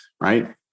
right